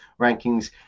rankings